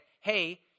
hey